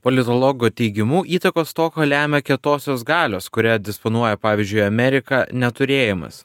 politologo teigimu įtakos stoką lemia kietosios galios kuria disponuoja pavyzdžiui amerika neturėjimas